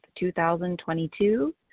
2022